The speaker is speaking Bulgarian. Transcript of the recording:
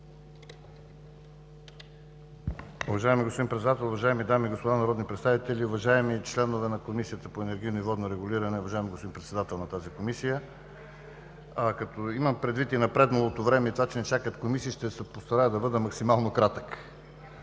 Уважаеми господин Председател! Уважаеми дами и господа народни представители! Уважаеми членове на Комисията по енергийно и водно регулиране! Уважаеми господин Председател на тази Комисия. Като имам предвид и напредналото време и това, че ни чакат комисии, ще се постарая да бъда максимално кратък.